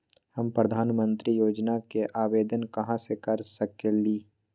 हम प्रधानमंत्री योजना के आवेदन कहा से कर सकेली?